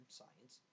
science